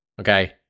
Okay